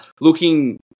looking